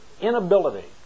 inability